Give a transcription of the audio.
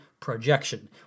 projection